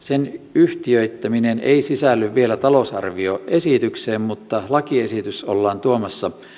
yhtiöittäminen ei sisälly vielä talousarvioesitykseen mutta lakiesitys ollaan tuomassa